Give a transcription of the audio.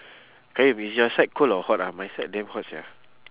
qayyum is your side cold or hot ah my side damn hot sia